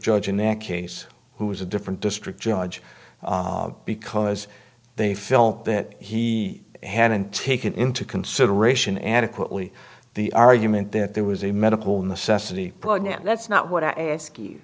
judge in that case who was a different district judge because they felt that he hadn't taken into consideration adequately the argument that there was a medical necessity that's not what i asked you